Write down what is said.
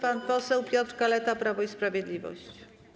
Pan poseł Piotr Kaleta, Prawo i Sprawiedliwość.